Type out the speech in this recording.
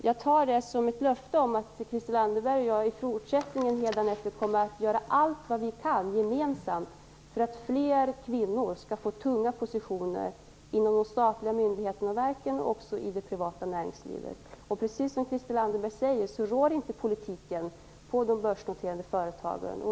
Jag tar det som ett löfte om att Christel Anderberg och jag i fortsättningen kommer att göra allt vad vi kan, gemensamt, för att fler kvinnor skall få tunga positioner inom de statliga myndigheterna och verken och också i det privata näringslivet. Precis som Christel Anderberg säger rår inte politiken på de börsnoterade företagen.